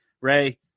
Ray